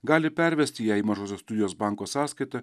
gali pervesti ją į mažosios studijos banko sąskaitą